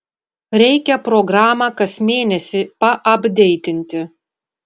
reikia programą kas mėnesį paapdeitinti